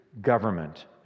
government